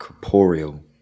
corporeal